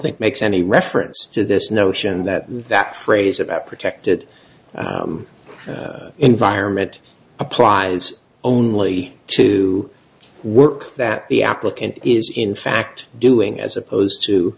think makes any reference to this notion that that phrase about protected environment applies only to work that the applicant is in fact doing as opposed to